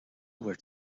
were